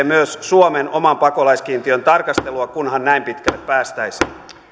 myös suomen oman pakolaiskiintiön tarkastelua kunhan näin pitkälle päästäisiin